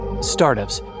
startups